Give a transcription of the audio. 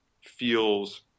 feels